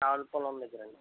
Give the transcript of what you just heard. Ravulapalem దగ్గరండి